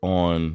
on